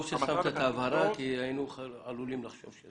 טוב שהבהרת כי היינו עלולים לחשוב אחרת.